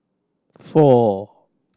four